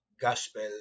Gospel